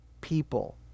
people